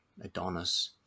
adonis